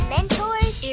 Mentors